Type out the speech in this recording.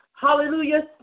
Hallelujah